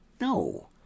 No